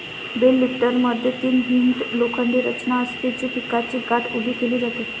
bell लिफ्टरमध्ये तीन hinged लोखंडी रचना असते, जी पिकाची गाठ उभी केली जाते